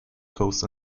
coast